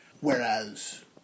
Whereas